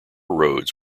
roads